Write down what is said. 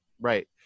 right